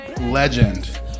legend